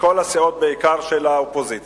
מכל הסיעות, בעיקר של האופוזיציה,